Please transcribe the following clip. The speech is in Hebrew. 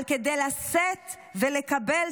אבל כדי לשאת ולקבל,